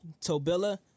Tobilla